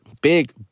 Big